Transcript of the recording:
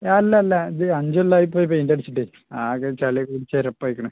അല്ല അല്ല ഇത് അഞ്ച് കൊല്ലം ആയി ഇപ്പോൾ പെയിൻറ് അടിച്ചിട്ടേ ആകെ ചളി പിടിച്ച് ചരപ്പായിരിക്കുന്നു